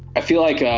i feel like